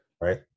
Right